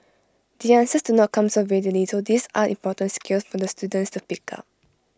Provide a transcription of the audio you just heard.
the answers do not come so readily so these are important skills for the students to pick up